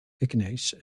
ignace